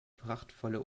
prachtvolle